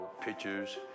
pictures